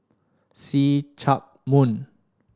See Chak Mun